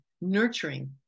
nurturing